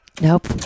Nope